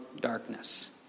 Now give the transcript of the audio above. darkness